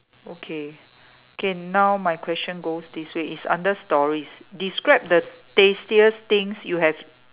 okay okay now my question goes this way is under stories describe the tastiest things you have